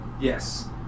Yes